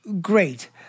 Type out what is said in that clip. Great